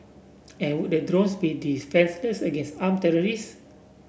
and would the drones be defenceless against arm terrorists